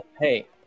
hey